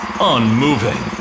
unmoving